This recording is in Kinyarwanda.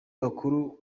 bakuru